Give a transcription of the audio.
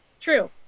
True